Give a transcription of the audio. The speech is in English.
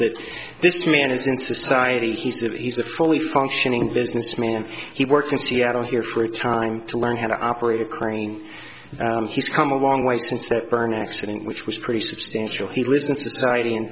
that this man is in society he's that he's a fully functioning businessman he works in seattle here for a time to learn how to operate a crane he's come a long way since that burn accident which was pretty substantial he lives in society and